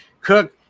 Cook